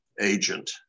agent